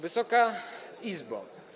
Wysoka Izbo!